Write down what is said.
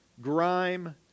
grime